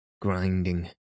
grinding